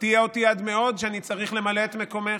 מפתיע אותי עד מאוד שאני צריך למלא את מקומך.